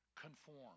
conform